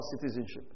citizenship